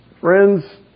Friends